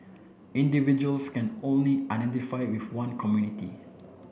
individuals can only identify with one community